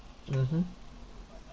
mmhmm